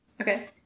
Okay